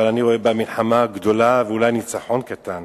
אבל אני רואה בה מלחמה גדולה ואולי ניצחון קטן,